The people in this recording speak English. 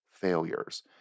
failures